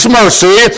mercy